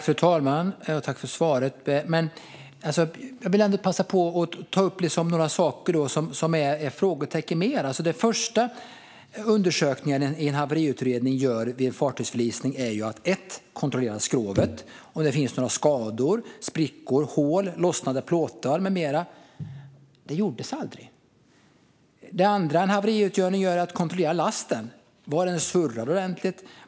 Fru talman! Tack, Mikael Damberg, för svaret! Jag vill ändå passa på att ta upp några saker som ger upphov till frågetecken. Den första undersökning en haveriutredning gör vid en fartygsförlisning är att kontrollera om skrovet har några skador, sprickor, hål, lossnade plåtar eller liknande. Detta gjordes aldrig. Det andra en haveriutredning gör är att kontrollera lasten. Var den surrad ordentligt?